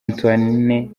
antoine